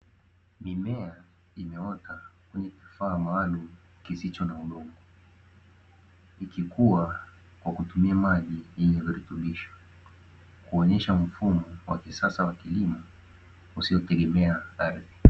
Mimea imeota kwenye kifaa maalumu kisicho na udongo ikikua kwa kutumia maji yenye virutubisho, kuonesha mfumo wa kisasa wa kilimo usiotegemea ardhi.